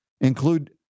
include